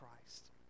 christ